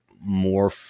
more